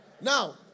Now